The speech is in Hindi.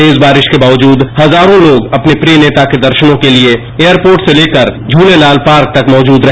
तेज बारिश के बावजूद हजारों लोग अपने प्रिय नेता के दर्शनों के लिए एयरपोर्ट से लेकर झूलेलाल पार्क तक मौजूद रहे